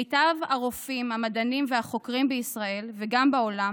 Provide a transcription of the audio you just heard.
מיטב הרופאים, המדענים והחוקרים בישראל וגם בעולם